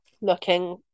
looking